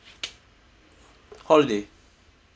holiday